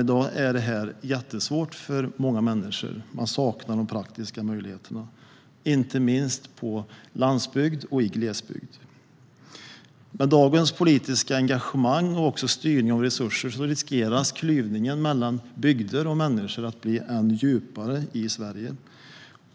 I dag är det jättesvårt för många människor. Man saknar de praktiska möjligheterna, inte minst på landsbygd och i glesbygd. Med dagens politiska engagemang och styrning av resurser finns det risk att klyvningen mellan bygder och människor i Sverige blir ännu större.